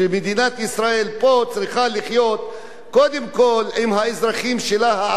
שמדינת ישראל צריכה לחיות פה קודם כול עם האזרחים שלה,